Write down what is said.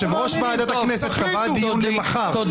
יושב-ראש ועדת הכנסת קבע דיון למחר.